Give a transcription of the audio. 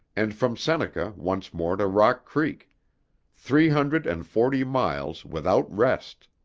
and from seneca once more to rock creek three hundred and forty miles without rest.